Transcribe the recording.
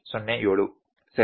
07 ಸರಿ